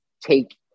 take